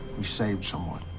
we saved someone.